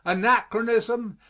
anachronism,